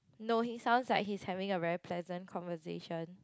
no he sounds like he's having a very pleasant conversation